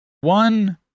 One